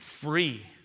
free